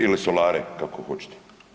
Ili solare, kako hoćete.